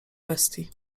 bestii